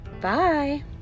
Bye